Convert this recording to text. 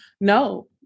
No